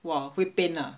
!wah! 会 pain ah